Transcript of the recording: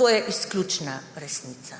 To je izključna resnica.